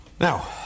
Now